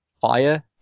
Fire